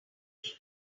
make